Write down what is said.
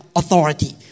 authority